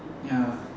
ya